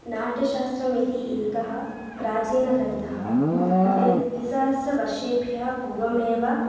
नाट्यशास्त्रम् इति एकः प्राचीनग्रन्थः द्वे द्विसहस्रवर्षेभ्यः पूर्वमेव